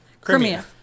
Crimea